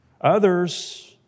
Others